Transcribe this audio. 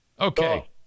Okay